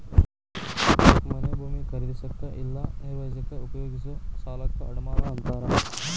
ಮನೆ ಭೂಮಿ ಖರೇದಿಸಕ ಇಲ್ಲಾ ನಿರ್ವಹಿಸಕ ಉಪಯೋಗಿಸೊ ಸಾಲಕ್ಕ ಅಡಮಾನ ಅಂತಾರ